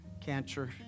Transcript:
cancer